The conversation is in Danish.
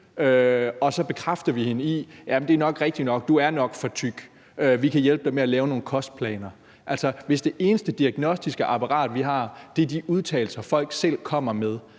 vi så bekræfter hende i det: Ja, det er nok rigtig nok; du er nok for tyk; vi kan hjælpe dig med at lave nogle kostplaner. Altså, hvis det eneste diagnostiske apparat, vi har, er de udtalelser, folk selv kommer med,